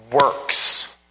works